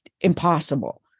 impossible